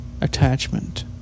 Attachment